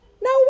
No